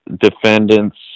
defendants